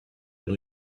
new